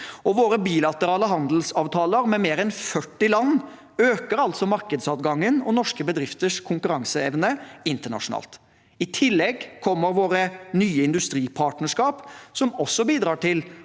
Og våre bilaterale handelsavtaler med mer enn 40 land øker markedsadgangen og norske bedrifters konkurranseevne internasjonalt. I tillegg kommer våre nye industripartnerskap, som også bidrar til